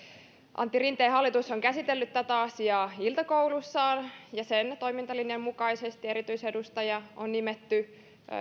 antti rinteen hallitus on käsitellyt tätä asiaa iltakoulussaan ja sen toimintalinjan mukaisesti erityisedustaja on nimetty